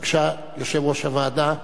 בבקשה, יושב-ראש הוועדה.